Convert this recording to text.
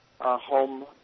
home